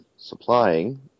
supplying